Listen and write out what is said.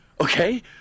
Okay